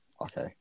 Okay